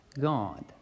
God